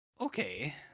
okay